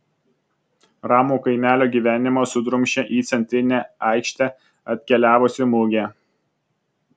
ramų kaimelio gyvenimą sudrumsčia į centrinę aikštę atkeliavusi mugė